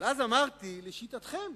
אבל אז אמרתי, לשיטתכם,